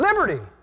liberty